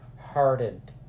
hardened